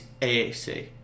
AAC